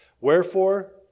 wherefore